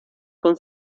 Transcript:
con